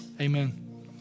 Amen